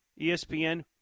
ESPN –